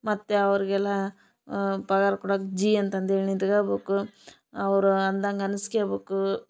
ಮತ್ತು ಅವರಿಗೆಲ್ಲ ಪಗಾರ್ ಕೊಡಕ್ಕೆ ಜಿ ಅಂತತ ಹೇಳ್ ನಿಂತ್ಕಬೇಕು ಅವರು ಅಂದಗೆ ಅನಸ್ಕ್ಯಬೇಕು